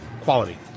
Quality